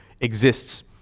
exists